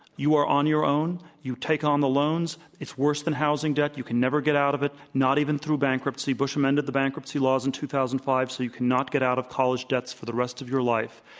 you are on your own. you take on the loans. it's worse than housing debt. you can never get out of it, not even through bankruptcy. bush amended the bankruptcy laws in two thousand and five so you cannot get out of college debts for the rest of your life.